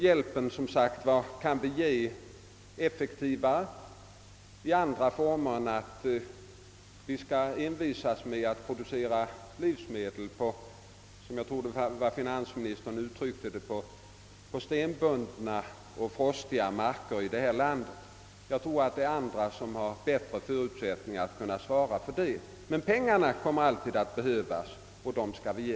Hjälpen kan vi som sagt ge effektivare i andra former än genom att envisas med att producera livsmedel på — som jag tror finansministern uttryck te det — stenbundna och frostiga marker i detta land. Jag tror att andra länder har bättre förutsättningar att svara för sådan produktion. Pengarna kommer däremot alltid att behövas och dem skall vi ge.